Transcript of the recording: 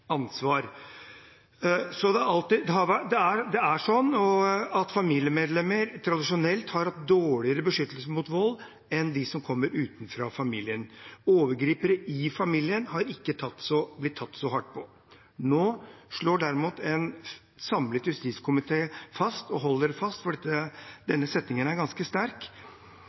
ansvar. Familiemedlemmer har tradisjonelt hatt dårligere beskyttelse mot vold innad i familien enn mot den som kommer utenfra. Overgripere i familien har ikke blitt tatt så hardt på. Nå slår derimot en samlet justiskomité fast og holder fast at – og denne setningen er ganske sterk: